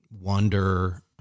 wonder